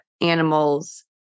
animals